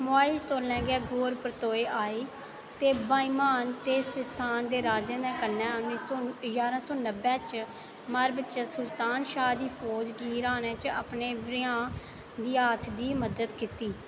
मुआइज तौले गै गौर परतोए आई ते बाईमान ते सिस्तान दे राजें दे कन्नै उन्नी सौ जारां सौ नब्बै च मार्व च सुल्तान शाह् दी फौज गी र्हाने च अपने भ्राऽ घियाथ दी मदद कीती